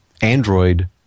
Android